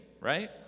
Right